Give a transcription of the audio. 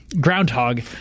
groundhog